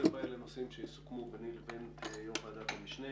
באלה נושאים שיסוכמו ביני לבין יושב ראש ועדת המשנה.